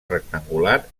rectangular